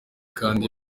kandi